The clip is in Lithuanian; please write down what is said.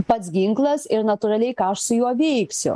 pats ginklas ir natūraliai ką aš su juo veiksiu